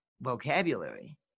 vocabulary